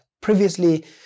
Previously